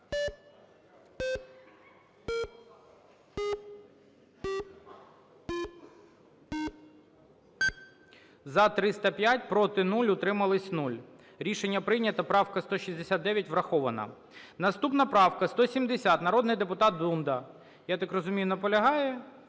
За-305 Проти – 0, утримались – 0. Рішення прийнято. Правка 169 врахована. Наступна правка 170. Народний депутат Дунда, я так розумію, наполягає.